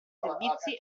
servizi